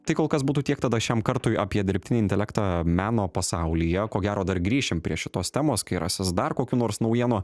tai kol kas būtų tiek tada šiam kartui apie dirbtinį intelektą meno pasaulyje ko gero dar grįšim prie šitos temos kai rasis dar kokių nors naujienų